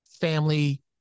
family